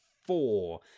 four